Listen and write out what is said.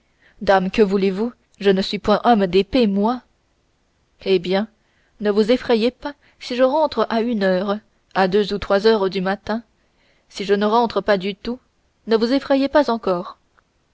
dame que voulez-vous je ne suis point homme d'épée moi eh bien ne vous effrayez pas si je rentre à une heure à deux ou trois heures du matin si je ne rentre pas du tout ne vous effrayez pas encore